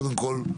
קודם כל,